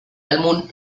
álbum